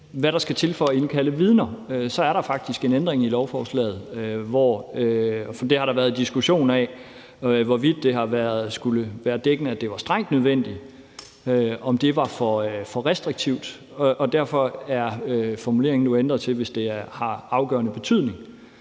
hvad der skal til for at indkalde vidner, er der faktisk en ændring i lovforslaget, for det har der været diskussion af, altså hvorvidt det har været dækkende, at det var »strengt nødvendigt«, og om det var for restriktivt. Derfor er formuleringen nu ændret til »hvis det har afgørende betydning«,